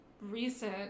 recent